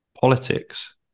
politics